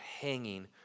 hanging